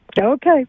Okay